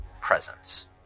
presence